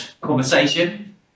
conversation